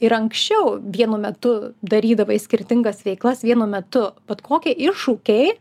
ir anksčiau vienu metu darydavai skirtingas veiklas vienu metu ot kokie iššūkiai